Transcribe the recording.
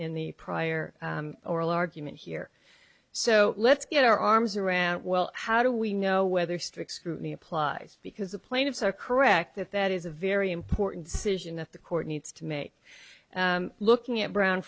in the prior oral argument here so let's get our arms around well how do we know whether strict scrutiny applies because the plaintiffs are correct that that is a very important decision that the court needs to make looking at brown